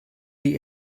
die